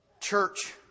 church